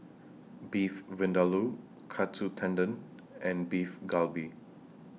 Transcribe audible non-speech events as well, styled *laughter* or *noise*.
Beef Vindaloo Katsu Tendon and Beef *noise* Galbi